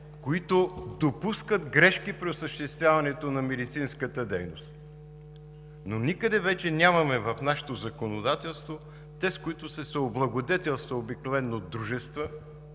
които допускат грешки при осъществяването на медицинската дейност, но никъде вече нямаме в нашето законодателство за тези, които са се облагодетелствали, обикновено дружества